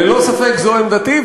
ללא ספק זו עמדתי,